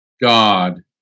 God